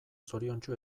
zoriontsu